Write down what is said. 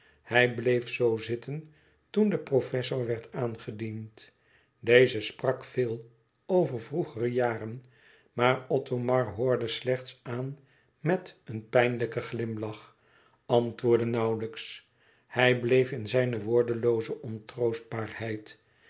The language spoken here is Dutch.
hij bleef zoo zitten toen de professor werd aangediend deze sprak veel over vroegere jaren maar othomar hoorde slechts aan met een pijnlijken glimlach antwoordde nauwlijks hij bleef in zijne woordelooze